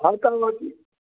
हा तव्हां वठी